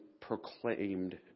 proclaimed